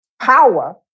power